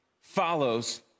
follows